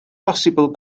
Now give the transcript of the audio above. bosibl